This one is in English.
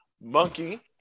monkey